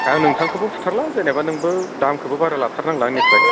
आं नोंथांखौबो फुथारला जेनेबा नोंबो दामखौबो बारा लाथारनांला आंनिफ्राय